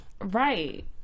right